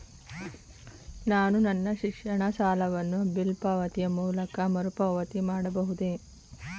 ನಾನು ನನ್ನ ಶಿಕ್ಷಣ ಸಾಲವನ್ನು ಬಿಲ್ ಪಾವತಿಯ ಮೂಲಕ ಮರುಪಾವತಿ ಮಾಡಬಹುದೇ?